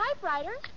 typewriter